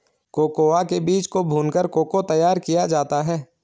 cocoa के बीज को भूनकर को को तैयार किया जाता है